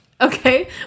okay